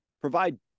provide